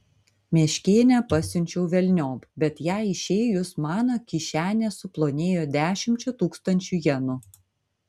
meškėnę pasiunčiau velniop bet jai išėjus mano kišenė suplonėjo dešimčia tūkstančių jenų